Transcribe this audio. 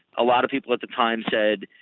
a lot of people at the time said,